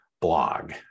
blog